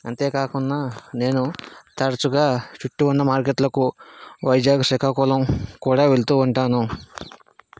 అంతేకాకుండా నేను తరచుగా చుట్టూ ఉన్న మార్కెట్లకు వైజాగ్ శ్రీకాకుళం కూడా వెళ్తూ ఉంటాను